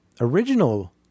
original